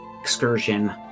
excursion